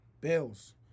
Bills